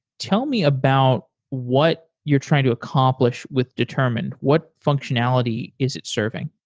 tell me about what you're trying to accomplish with determined. what functionality is it serving?